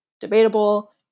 debatable